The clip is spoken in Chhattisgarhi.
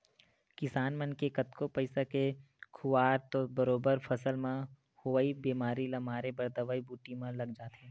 किसान मन के कतको पइसा के खुवार तो बरोबर फसल म होवई बेमारी ल मारे बर दवई बूटी म लग जाथे